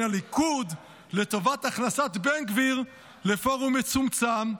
הליכוד לטובת הכנסת בן גביר לפורום מצומצם.